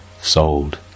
sold